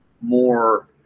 more